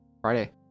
Friday